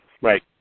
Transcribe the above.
Right